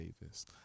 Davis